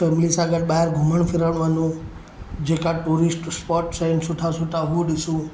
family सां गॾु ॿाहिरि घुमणु फिरणु वञूं जेका टूरिस्ट स्पॉट्स आहिनि सुठा सुठा हू ॾिसूं